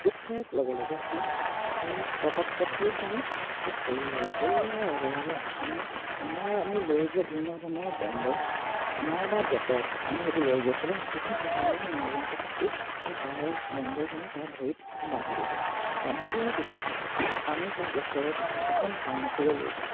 slip খোৱাৰ লগে লগে সি তথাপি তত তৎকালীনভাৱে তাত পৰি ৰ'ল পৰি ৰোৱাৰ লগে লগে আমি আমাৰ আমি লৈ যোৱা বিভিন্ন ধৰণৰ বেণ্ডেজ নাইবা ডেটল আমি সেইবোৰ লৈ গৈছিলোঁ যিবোৰ তাক আমি মলম পতি বা তাৰ বেণ্ডেজসমূহ তাৰ ভৰিত বান্ধি দিলোঁ বান্ধি দিয়াৰ পিছত আমি তাক ওচৰতে থকা এখন ফাৰ্মাচিলৈ লৈ গ'লোঁ